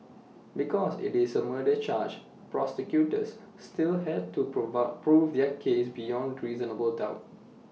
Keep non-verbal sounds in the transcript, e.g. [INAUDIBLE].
because IT is A murder charge prosecutors still had to [UNINTELLIGIBLE] prove their case beyond reasonable doubt